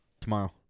tomorrow